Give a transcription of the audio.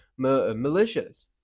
militias